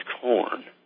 corn